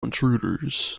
intruders